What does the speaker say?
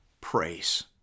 praise